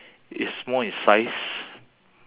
it's small in size